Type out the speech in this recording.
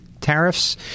tariffs